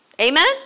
Amen